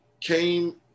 came